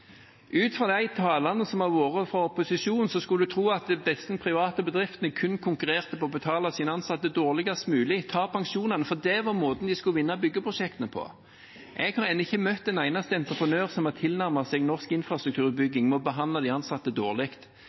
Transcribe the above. Ut fra talene som har vært fra opposisjonen, kunne en tro at disse private bedriftene kun konkurrerte på å betale sine ansatte dårligst mulig, ta pensjonene, at det var måten de skulle vinne byggeprosjektene på. Jeg har ennå ikke møtt en eneste entreprenør som har tilnærmet seg norsk infrastrukturbygging med å behandle de ansatte dårlig.